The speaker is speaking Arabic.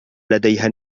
لديها